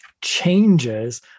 changes